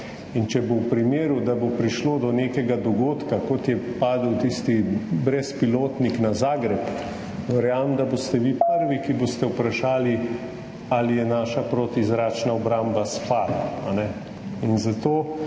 In če bo v primeru, da bo prišlo do nekega dogodka, kot je padel tisti brezpilotnik na Zagreb, verjamem, da boste vi prvi, ki boste vprašali, ali je naša protizračna obramba spala. Zato